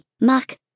Mac